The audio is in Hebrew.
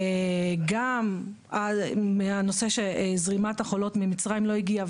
גם מהנושא שזרימת החולות ממצריים לא הגיעה,